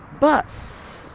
Bus